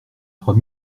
trois